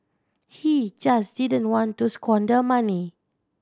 he just didn't want to squander money